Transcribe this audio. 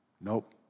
nope